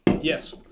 Yes